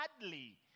sadly